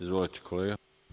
Izvolite, kolega.